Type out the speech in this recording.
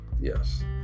yes